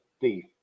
thief